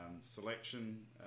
selection